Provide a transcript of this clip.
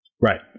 right